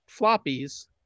floppies